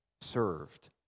served